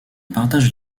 partage